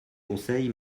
conseil